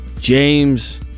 James